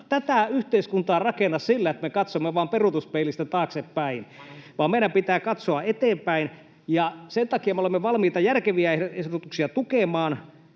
tätä yhteiskuntaa rakenna sillä, että me katsomme vaan peruutuspeilistä taaksepäin, vaan meidän pitää katsoa eteenpäin. Sen takia me olemme valmiita järkeviä ehdotuksia tukemaan,